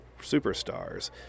superstars